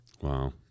Wow